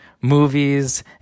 movies